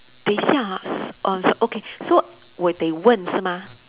等一下 ah s~ uh s~ okay so 我得问是吗